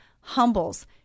humbles